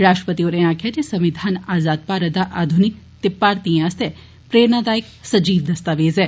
राष्ट्रपति होरें आक्खेआ जे संविधान आज़ाद भारत दा आधुनिक ते भारतीयें आस्तै प्रेरणादायक सजीव दस्तावेज ऐ